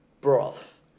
broth